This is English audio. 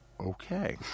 Okay